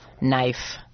knife